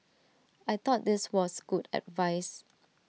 I thought this was good advice